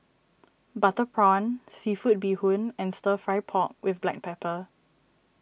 Butter Prawn Seafood Bee Hoon and Stir Fry Pork with Black Pepper